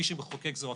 מי שמחוקק זו הכנסת,